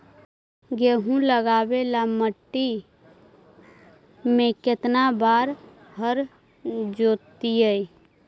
गेहूं लगावेल मट्टी में केतना बार हर जोतिइयै?